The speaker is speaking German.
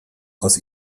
aus